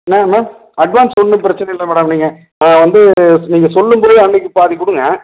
என்னங்க ma'am advance ஒன்றும் பிரச்சனை இல்லை மேடம் நீங்கள் வந்து நீங்கள் சொல்லும் போது அன்றைக்கு பாதிக் கொடுங்க